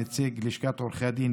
נציג לשכת עורכי הדין,